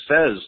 says